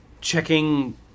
checking